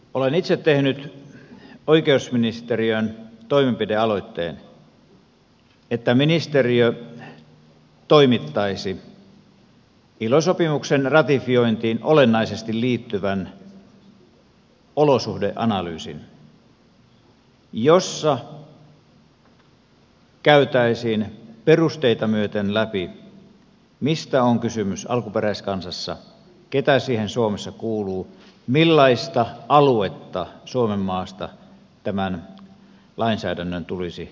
olen itse tehnyt oikeusministeriöön toimenpidealoitteen että ministeriö toimittaisi ilo sopimuksen ratifiointiin olennaisesti liittyvän olosuhdeanalyysin jossa käytäisiin perusteita myöten läpi mistä on kysymys alkuperäiskansassa keitä siihen suomessa kuuluu millaista aluetta suomenmaasta tämän lainsäädännön tulisi koskea